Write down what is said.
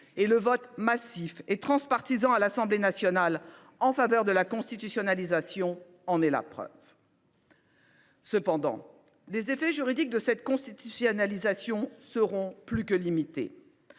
Le vote massif et transpartisan intervenu à l’Assemblée nationale en faveur de la constitutionnalisation en est la preuve. Toutefois, les effets juridiques de cette constitutionnalisation seront plus que limités.